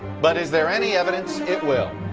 but is there any evidence it will?